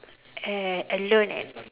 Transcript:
a~ and learn at